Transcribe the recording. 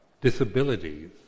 Disabilities